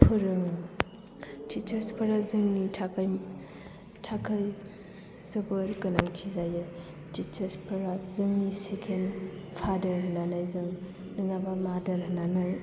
फोरोङो टिचार्स फोरा जोंनि थाखाय जोबोर गोनांथि जायो टिचार्स फोरा जोंनि सेकेन्ड फादार होननानै जों नङाबा मादार होननानै